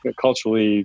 culturally